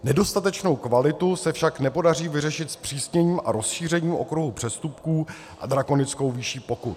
Nedostatečnou kvalitu se však nepodaří vyřešit zpřísněním a rozšířením okruhu přestupků a drakonickou výší pokut.